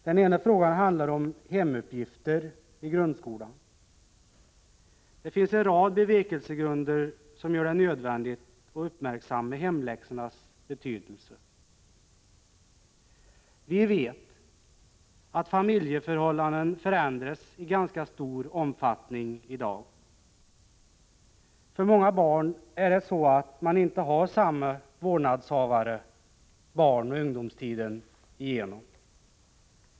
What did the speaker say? Den ena frågan handlar om hemuppgifter i grundskolan. Det finns en rad bevekelsegrunder som gör det nödvändigt att uppmärksamma hemläxornas betydelse. Vi vet att familjeförhållanden förändras i ganska stor omfattning i dag. För många barn är det så att man inte har samma vårdnadshavare barnoch ungdomstiden igenom.